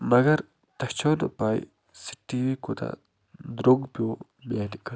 مگر تۄہہِ چھو نہٕ پَے سُہ ٹی وی کوٗتاہ درٛوٚگ پیوٚو میٛانہِ خٲطٕر